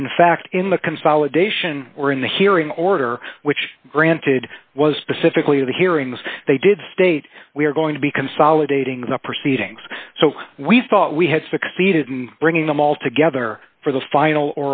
and in fact in the consolidation or in the hearing order which granted was specifically to the hearings they did state we are going to be consolidating the proceedings so we thought we had succeeded in bringing them all together for the final